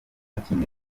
kimwe